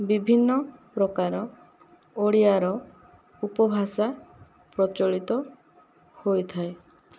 ବିଭିନ୍ନ ପ୍ରକାର ଓଡ଼ିଆର ଉପଭାଷା ପ୍ରଚଳିତ ହୋଇଥାଏ